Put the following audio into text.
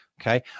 Okay